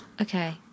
Okay